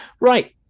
right